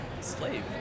slave